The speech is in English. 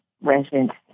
residents